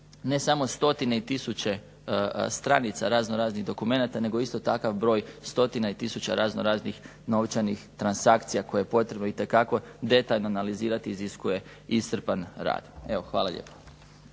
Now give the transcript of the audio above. ne samo stotine i tisuće stranica raznoraznih dokumenata nego isto takav broj stotina i tisuća raznoraznih novčanih transakcija koje je potrebno itekako detaljno analiziraju iziskuje iscrpan rad. Evo, hvala lijepo.